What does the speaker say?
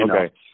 Okay